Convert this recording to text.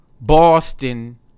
Boston